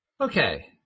Okay